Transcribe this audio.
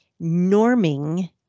norming